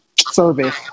service